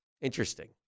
interesting